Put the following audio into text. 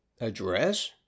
Address